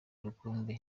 rukumbi